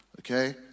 Okay